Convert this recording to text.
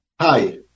Hi